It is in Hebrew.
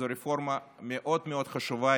זו רפורמה מאוד מאוד חשובה.